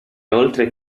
oltre